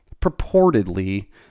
purportedly